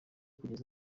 kugeza